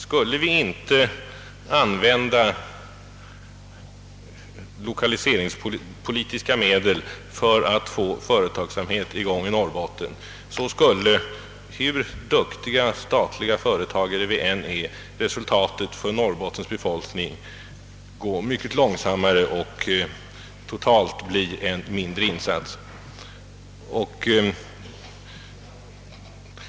Skulle vi inte använda lokaliseringspolitiska medel för att få i gång företagsamhet i Norrbotten skulle utvecklingen gå mycket långsammare för Norrbottens befolkning hur duktiga statliga företagare vi än är, och totalt sett skulle det bli en mindre insats.